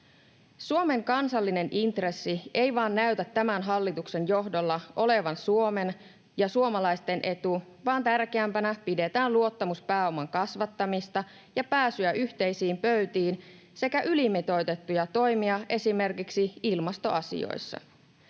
Suomen kansallinen intressi ei vain näytä tämän hallituksen johdolla olevan Suomen ja suomalaisten etu, vaan tärkeämpänä pidetään luottamuspääoman kasvattamista ja pääsyä yhteisiin pöytiin sekä ylimitoitettuja toimia esimerkiksi ilmastoasioissa.